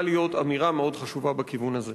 להיות אמירה מאוד חשובה בכיוון הזה.